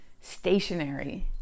stationary